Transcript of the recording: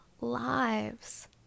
lives